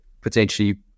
potentially